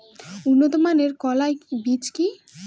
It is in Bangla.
উন্নত মানের কলাই বীজ কি?